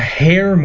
hair